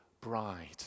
bride